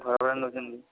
ଘରଭଡ଼ା ନେଉଛନ୍ତି